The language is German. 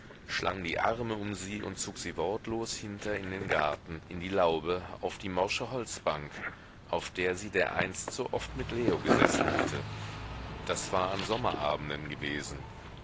schlang die arme um sie und zog sie wortlos hinter in den garten in die laube auf die morsche holzbank auf der sie dereinst so oft mit leo gesessen hatte das war an sommerabenden gewesen